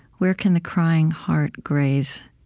where can the crying heart graze?